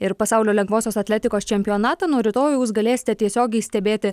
ir pasaulio lengvosios atletikos čempionatą nuo rytojaus galėsite tiesiogiai stebėti